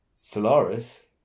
Solaris